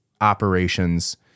operations